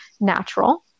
natural